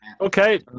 Okay